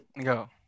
go